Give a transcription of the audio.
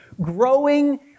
Growing